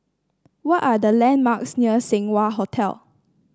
what are the landmarks near Seng Wah Hotel